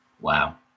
Wow